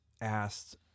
asked